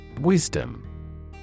Wisdom